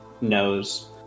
knows